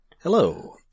Hello